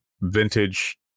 vintage